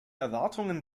erwartungen